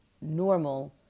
normal